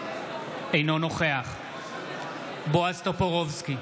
אינו נוכח בועז טופורובסקי,